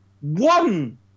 One